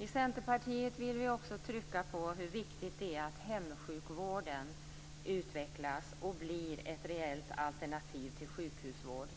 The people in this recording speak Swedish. I Centerpartiet vill vi trycka på hur viktigt det är att hemsjukvården utvecklas och blir ett reellt alternativ till sjukhusvård